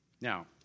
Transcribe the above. Now